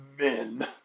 men